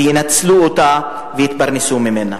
וינצלו אותה ויתפרנסו ממנה.